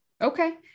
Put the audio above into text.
Okay